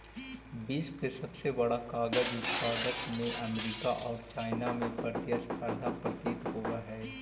विश्व के सबसे बड़ा कागज उत्पादक में अमेरिका औउर चाइना में प्रतिस्पर्धा प्रतीत होवऽ हई